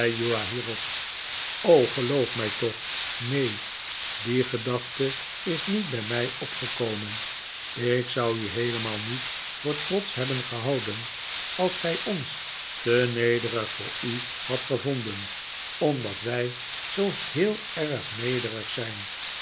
hierop o geloof mij toch neen die gedachte is niet bij mij opgekomen ik zou u heelemaal niet voor trotsch hebben gehouden als gij ons te nederig voor u hadt gevonden omdat wij zoo heel erg nederig zijn